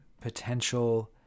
potential